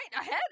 Ahead